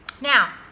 now